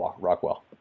Rockwell